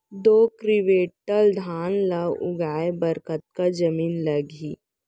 दो क्विंटल धान ला उगाए बर कतका जमीन लागही?